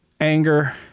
anger